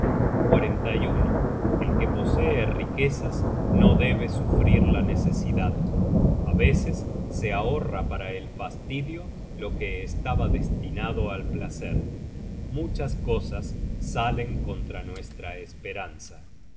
regalos y todas las recompensas el que posee riquezas no debe sufrir la necesidad á veces se ahorra para el fastidio lo que estaba destinado al placer muchas cosas salen contra nuestra esperanza